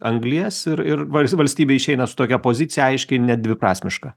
anglies ir ir valstybė išeina su tokia pozicija aiškiai nedviprasmiška